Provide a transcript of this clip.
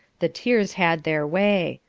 the tears had their way.